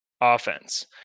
offense